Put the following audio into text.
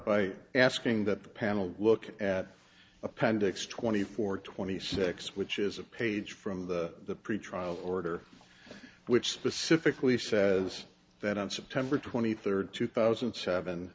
by asking that the panel look at appendix twenty four twenty six which is a page from the pretrial order which specifically says that on september twenty third two thousand and seven